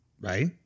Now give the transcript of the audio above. right